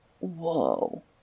whoa